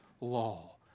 law